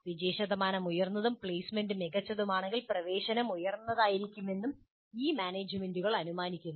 വിജയശതമാനം ഉയർന്നതും പ്ലെയ്സ്മെന്റുകൾ മികച്ചതുമാണെങ്കിൽ പ്രവേശനം ഉയർന്നതായിരിക്കുമെന്നും ഈ മാനേജുമെന്റുകൾ അനുമാനിക്കുന്നു